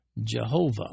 Jehovah